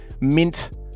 mint